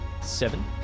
Seven